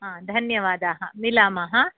हा धन्यवादाः मिलामः